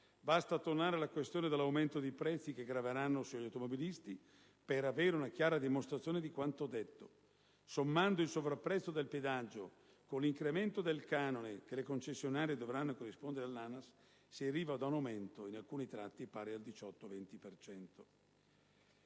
Basta tornare alla questione dell'aumento dei prezzi che graveranno sugli automobilisti, per avere una chiara dimostrazione di quanto detto: sommando il sovrapprezzo del pedaggio con l'incremento del canone che le concessionarie dovranno corrispondere all'ANAS si arriva ad un aumento, in alcuni tratti, pari al 18-20